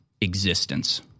existence